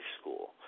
school